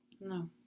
No